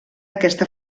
aquesta